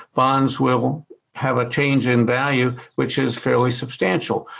bonds will have a change in value which is fairly substantial.